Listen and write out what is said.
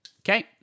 Okay